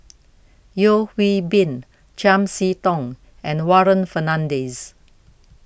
Yeo Hwee Bin Chiam See Tong and Warren Fernandez